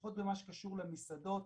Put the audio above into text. לפחות במה שקשור למסעדות,